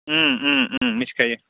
मिथिखायो